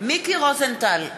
מיקי רוזנטל,